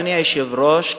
אדוני היושב-ראש,